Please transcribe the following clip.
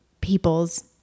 people's